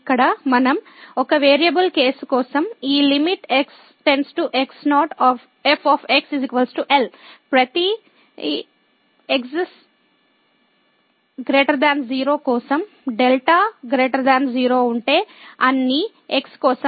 ఇక్కడ మనం ఒక వేరియబుల్ కేసు కోసం ఈ x x0 f L ప్రతి ϵ 0 కోసం δ 0 ఉంటే అన్ని x కోసం